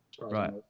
Right